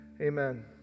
amen